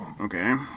Okay